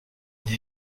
near